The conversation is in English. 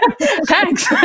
Thanks